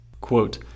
Quote